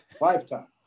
lifetime